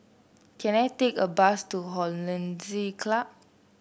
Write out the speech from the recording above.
can I take a bus to Hollandse Club